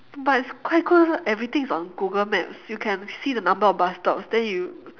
but it's quite cool everything is on google maps you can see the number of bus stops then you